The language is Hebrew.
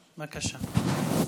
בבקשה.